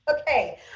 Okay